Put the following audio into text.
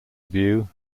view